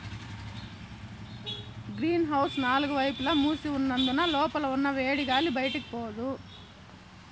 green house నాలుగు వైపులా మూసి ఉన్నందున లోపల ఉన్న వేడిగాలి బయటికి పోదు